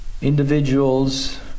individuals